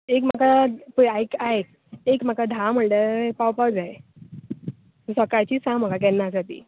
एक म्हाका पळय आयक आयक एक म्हाका धा म्हणल्यार थंय पावपाक जाय सकाळची सांग म्हाका केन्ना आसा ती